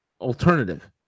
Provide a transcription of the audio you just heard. alternative